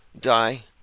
die